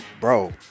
bro